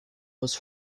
was